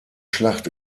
schlacht